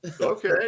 Okay